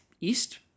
East